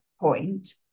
point